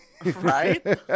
Right